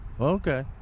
Okay